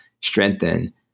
strengthen